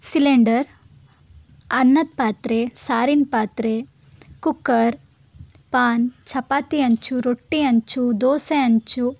cylinder ಅನ್ನದ ಪಾತ್ರೆ ಸಾರಿನ ಪಾತ್ರೆ ಕುಕ್ಕರ್ ಪಾನ್ ಚಪಾತಿ ಹಂಚು ರೊಟ್ಟಿ ಹಂಚು ದೋಸೆ ಹಂಚು